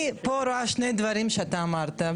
אני פה רואה שני דברים שאתה אמרת,